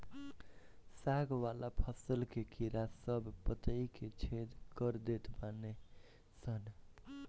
साग वाला फसल के कीड़ा सब पतइ के छेद कर देत बाने सन